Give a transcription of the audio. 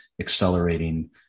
accelerating